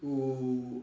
who